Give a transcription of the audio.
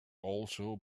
also